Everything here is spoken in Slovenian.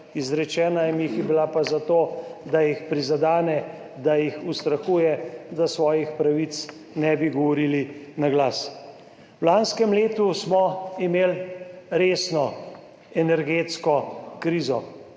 izrečena jim je bila pa zato, da jih prizadene, da jih ustrahuje, da svojih pravic ne bi govorili na glas. V lanskem letu smo imeli resno energetsko krizo.